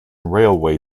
railway